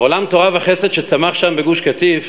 העולם של תורה וחסד שצמח שם, בגוש-קטיף,